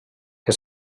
que